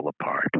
apart